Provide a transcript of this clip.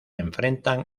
enfrentan